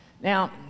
Now